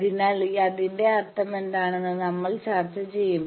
അതിനാൽ അതിന്റെ അർത്ഥമെന്താണെന്ന് നമ്മൾ ചർച്ച ചെയ്യും